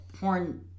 porn